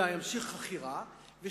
אלא המשך חכירה, ב.